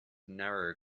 narrow